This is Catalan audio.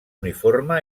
uniforme